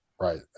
right